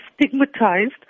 stigmatized